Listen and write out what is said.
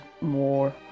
more